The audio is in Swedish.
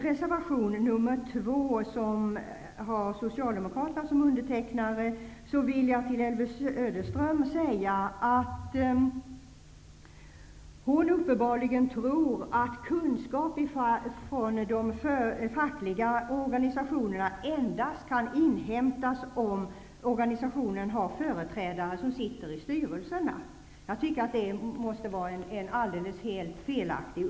Reservation nr 2 har Socialdemokraterna som undertecknare. Elvy Söderström tror uppenbarligen att de fackliga organisationernas kunskap endast kan inhämtas om organisationerna har företrädare som sitter i styrelserna. Det måste enligt min mening vara en alldeles felaktig uppfattning.